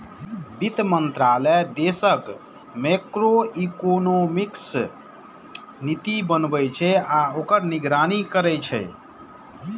वित्त मंत्रालय देशक मैक्रोइकोनॉमिक नीति बनबै छै आ ओकर निगरानी करै छै